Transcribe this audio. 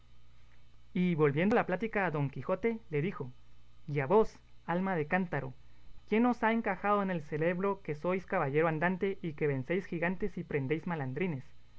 y volviendo la plática a don quijote le dijo y a vos alma de cántaro quién os ha encajado en el celebro que sois caballero andante y que vencéis gigantes y prendéis malandrines